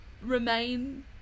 Remain